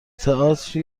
تئاتر